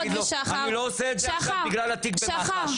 אני לא עושה את זה עכשיו בגלל התיק במח"ש,